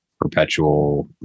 perpetual